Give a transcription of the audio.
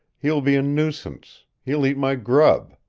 he will be a nuisance. he will eat my grub.